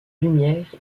lumière